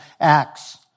Acts